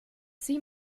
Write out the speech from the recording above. sie